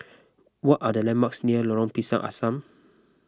what are the landmarks near Lorong Pisang Asam